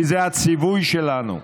כי זה הציווי שלנו,